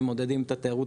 ומעודדים את התיירות